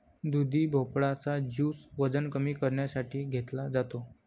दुधी भोपळा चा ज्युस वजन कमी करण्यासाठी घेतला जातो